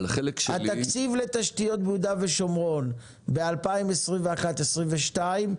התקציב לתשתיות ביהודה ושומרון ב-2021 ו-2022,